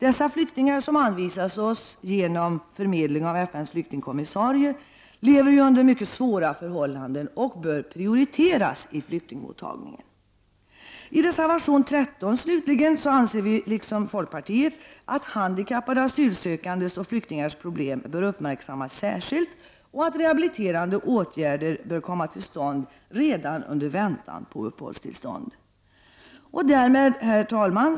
Dessa flyktingar, som anvisas oss genom förmedling av FNs flyktingkommissarie, lever under mycket svåra förhållanden och bör därför prioriteras. I reservation 13 anser vi, liksom folkpartiet, att handikappade asylsökandes och flyktingars problem bör uppmärksammas särskilt och att rehabiliterande åtgärder bör komma till stånd redan under väntan på uppehållstillstånd. Herr talman!